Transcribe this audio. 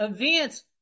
Events